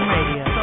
Radio